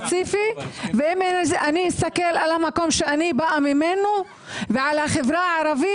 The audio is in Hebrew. ואם אני אסתכל על המקום שאני באה ממנו ועל החברה הערבית,